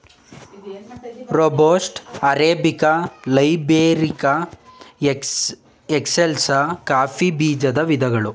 robusta, arabica, liberica, excelsa coffee ಬೀಜದ ವಿಧಗಳು